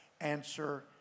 answer